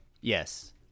yes